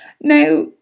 Now